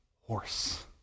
horse